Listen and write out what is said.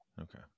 Okay